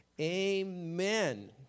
Amen